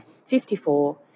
54